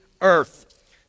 earth